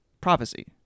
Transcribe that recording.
prophecy